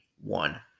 one